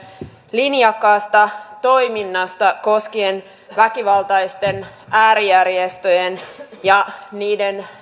linjakkaasta toiminnasta koskien väkivaltaisten äärijärjestöjen ja niiden